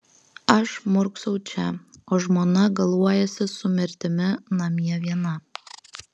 aš murksau čia o žmona galuojasi su mirtimi namie viena